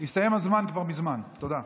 הסתיים הזמן כבר מזמן, תודה.